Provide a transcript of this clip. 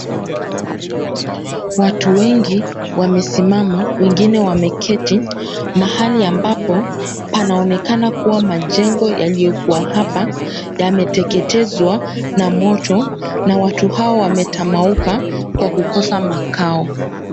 Watu wengi wamesimama, wengine wameketi mahali ambapo, panaonekana kuwa majengo yaliyokuwa hapa, yameteketezwa na moto, na watu hawa wametamauka kwa kukosa makao.